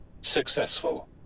successful